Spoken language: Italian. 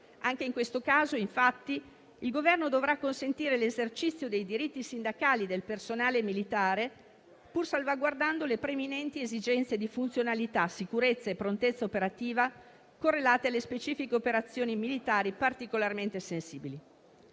Anche in questo caso, infatti, il Governo dovrà consentire l'esercizio dei diritti sindacali del personale militare, pur salvaguardando le preminenti esigenze di funzionalità, sicurezza e prontezza operativa correlate alle specifiche operazioni militari particolarmente sensibili.